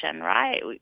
right